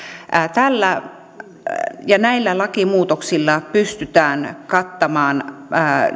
näillä lakimuutoksilla pystytään kattamaan